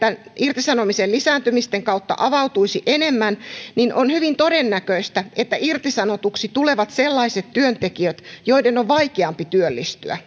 irtisanomisten lisääntymisen kautta avautuisi enemmän on hyvin todennäköistä että irtisanotuksi tulevat sellaiset työntekijät joiden on vaikeampi työllistyä